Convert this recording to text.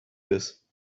this